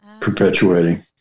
perpetuating